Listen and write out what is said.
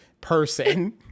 person